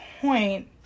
point